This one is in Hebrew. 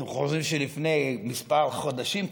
אתם חושבים שלפני כמה חודשים,